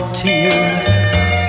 tears